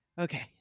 okay